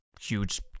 huge